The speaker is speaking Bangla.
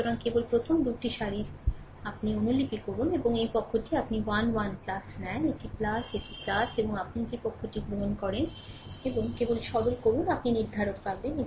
সুতরাং কেবল প্রথম 2 টি সারিটি অনুলিপি করুন এবং এই পক্ষটি আপনি 1 1 নেন এটি এটি এবং আপনি যে পক্ষটি গ্রহণ করেন এবং কেবল সরল করুন আপনি নির্ধারক পাবেন